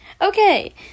Okay